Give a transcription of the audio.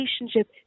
relationship